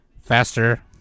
Faster